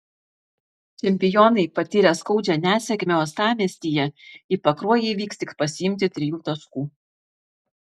čempionai patyrę skaudžią nesėkmę uostamiestyje į pakruojį vyks tik pasiimti trijų taškų